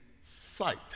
sight